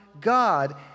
God